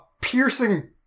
piercing